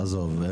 עזוב,